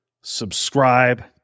Subscribe